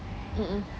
mmhmm